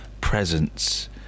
presence